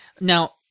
Now